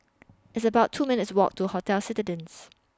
It's about two minutes' Walk to Hotel Citadines